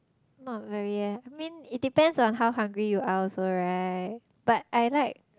not very eh it mean it depends on how hungry you are also right but I like